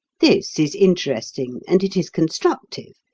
this is interesting and it is constructive,